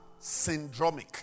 syndromic